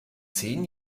zehn